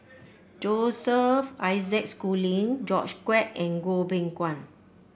Joseph Isaac Schooling George Quek and Goh Beng Kwan